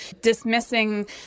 dismissing